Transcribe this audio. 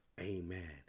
amen